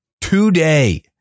today